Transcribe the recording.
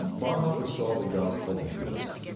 bonhoeffer saw the gospel at risk,